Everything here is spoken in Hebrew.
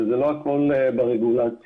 זה לא הכול ברגולציה.